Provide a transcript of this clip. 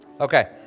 Okay